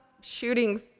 shooting